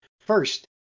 First